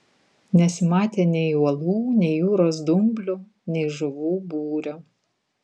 nesimatė nei uolų nei jūros dumblių nei žuvų būrio